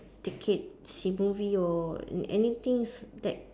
ticket see movie or an~ anything that